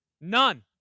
None